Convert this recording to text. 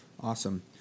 Awesome